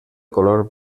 color